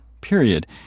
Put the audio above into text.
period